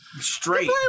Straight